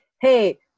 hey